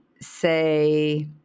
say